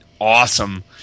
awesome